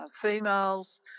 females